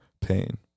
pain